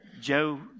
Joe